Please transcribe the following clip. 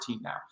now